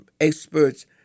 experts